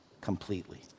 completely